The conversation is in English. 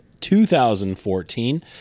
2014